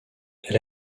elle